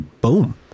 boom